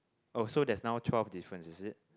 oh so there's now twelve differences is it